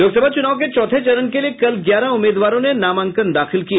लोकसभा चुनाव के चौथे चरण के लिए कल ग्यारह उम्मीदवारों ने नामांकन दाखिल किए